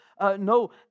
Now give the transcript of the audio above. no